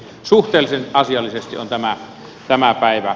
suhteellisen asiallisesti on tämä päivä mennyt